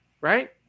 right